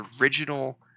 original –